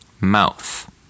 Mouth